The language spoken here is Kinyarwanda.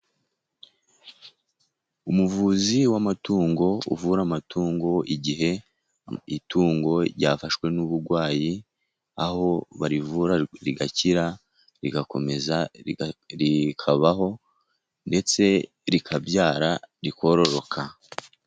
Umuvuzi w'amatungo, uvura amatungo igihe itungo ryafashwe n'uburwayi. Aho barivura rigakira rigakomeza rikabaho, ndetse rikabyara rikororoka.